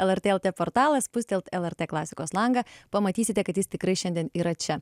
lrt lt portalą spustelt lrt klasikos langą pamatysite kad jis tikrai šiandien yra čia